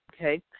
okay